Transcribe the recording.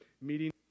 meeting